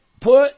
put